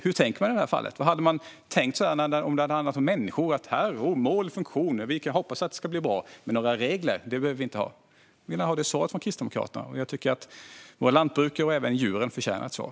Hur tänker de i det här fallet, och hade de tänkt så om det hade handlat om människor? "Här är mål och funktioner - vi kan ju hoppas att det ska bli bra, men några regler behöver vi inte ha." Jag vill ha svar från Kristdemokraterna. Jag tycker att våra lantbrukare och även djuren förtjänar ett svar.